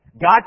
God